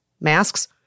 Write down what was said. Masks